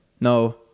No